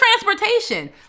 transportation